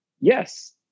Yes